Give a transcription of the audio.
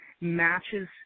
matches